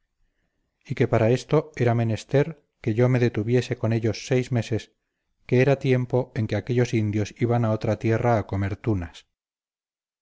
y que para esto era menester que yo me detuviese con ellos seis meses que era tiempo en que aquellos indios iban a otra tierra a comer tunas